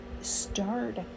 Start